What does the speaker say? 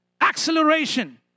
acceleration